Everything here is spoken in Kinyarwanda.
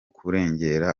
kurengera